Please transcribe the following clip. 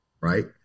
right